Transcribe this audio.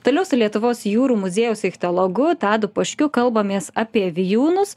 toliau su lietuvos jūrų muziejaus ichtiologu tadu poškiu kalbamės apie vijūnus